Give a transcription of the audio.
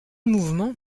mouvement